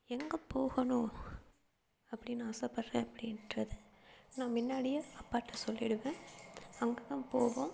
எங்கே போகணும் அப்படின்னு ஆசப்படுறேன் அப்படின்றத நான் முன்னாடியே அப்பாகிட்ட சொல்லிடுவேன் அங்கே தான் போவோம்